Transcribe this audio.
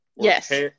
Yes